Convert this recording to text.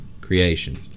creation